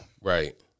Right